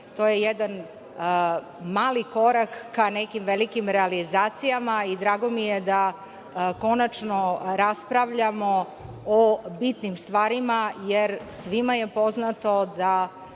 To je jedan mali korak ka nekim velikim realizacijama i drago mi je da konačno raspravljamo o bitnim stvarima, jer svima je poznato da